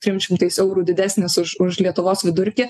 trim šimtais eurų didesnis už už lietuvos vidurkį